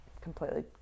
completely